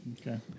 Okay